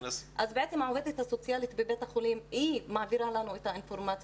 אז בעצם העובדת הסוציאלית בבית החולים מעבירה לנו את האינפורמציה